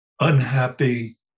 unhappy